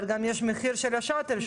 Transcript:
אבל גם יש מחיר של השאטל.